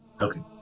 Okay